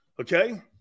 Okay